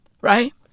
Right